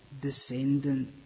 descendant